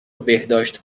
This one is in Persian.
بهداشت